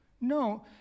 No